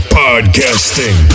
podcasting